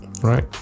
right